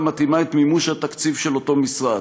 המתאימה את מימוש התקציב של אותו המשרד,